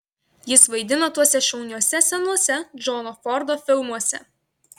jis vaidino tuose šauniuose senuose džono fordo filmuose